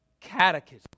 catechism